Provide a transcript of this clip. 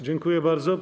Dziękuję bardzo.